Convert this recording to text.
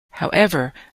however